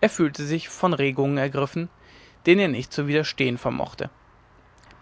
er fühlte sich von regungen ergriffen denen er nicht zu widerstehen vermochte